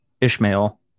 Ishmael